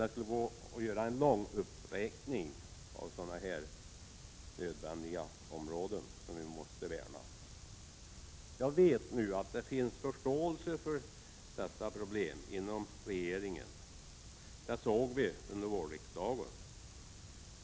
Jag skulle kunna göra en lång uppräkning av sådana nödvändiga områden, som vi måste värna. Jag vet att det finns förståelse för dessa problem inom regeringen. Det såg vi under vårriksdagen.